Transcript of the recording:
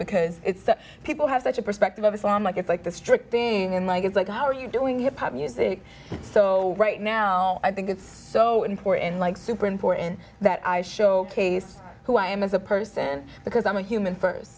because people have such a perspective of a song like it's like the strict thing and like it's like how are you doing hip hop music so right now i think it's so important like super important that i showcased who i am as a person because i'm a human first